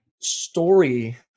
story